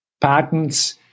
patents